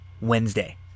Wednesday